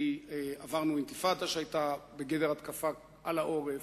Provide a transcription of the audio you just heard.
כי עברנו אינתיפאדה שהיתה בגדר התקפה על העורף,